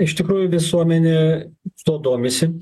iš tikrųjų visuomenė tuo domisi